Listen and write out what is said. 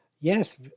Yes